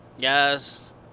guys